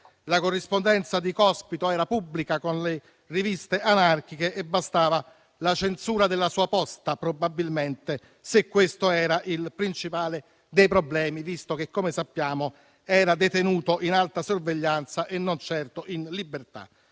la corrispondenza di Cospito era pubblica, con le riviste anarchiche, e bastava la censura della sua posta probabilmente, se questo era il principale dei problemi, visto che era detenuto in alta sorveglianza e non certo in libertà.